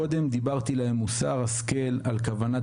קודם דיברתי להם מוסר השכל על כוונת